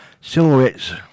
Silhouettes